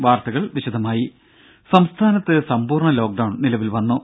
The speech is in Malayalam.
വാർത്തകൾ വിശദമായി സംസ്ഥാനത്ത് സമ്പൂർണ്ണ ലോക്ഡൌൺ നിലവിൽ വന്നു